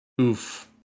Oof